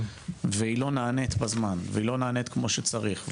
והיא לא נענית בזמן והיא לא נענית כמו שצריך,